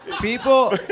people